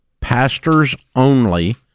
pastors-only